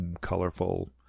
colorful